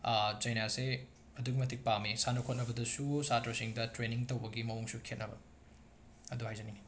ꯆꯩꯅꯥꯁꯦ ꯑꯗꯨꯛꯀꯤ ꯃꯇꯤꯛ ꯄꯥꯝꯃꯦ ꯁꯥꯟꯅ ꯈꯣꯠꯅꯕꯗꯁꯨ ꯁꯥꯇ꯭ꯔꯁꯤꯡꯗ ꯇ꯭ꯔꯦꯅꯤꯡ ꯇꯧꯕꯒꯤ ꯃꯑꯣꯡꯁꯨ ꯈꯦꯠꯅꯕ ꯑꯗꯨ ꯍꯥꯏꯖꯅꯤꯡꯏ